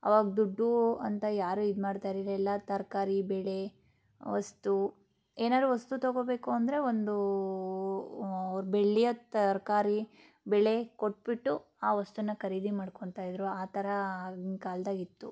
ಅವಾಗ ದುಡ್ಡು ಅಂತ ಯಾರೂ ಇದು ಮಾಡ್ತಾ ಇರಲಿಲ್ಲ ಎಲ್ಲ ತರಕಾರಿ ಬೇಳೆ ವಸ್ತು ಏನಾರೂ ವಸ್ತು ತೊಗೋಬೇಕು ಅಂದರೆ ಒಂದು ಅವ್ರು ಬೆಳೆಯೋ ತರಕಾರಿ ಬೆಳೆ ಕೊಟ್ಟುಬಿಟ್ಟು ಆ ವಸ್ತೂನ ಖರೀದಿ ಮಾಡ್ಕೊಳ್ತಾ ಇದ್ದರು ಆ ಥರ ಆಗಿನ ಕಾಲ್ದಾಗೆ ಇತ್ತು